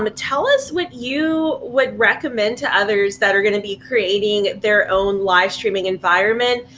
um tell us what you would recommend to others that are gonna be creating their own live streaming environment?